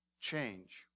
change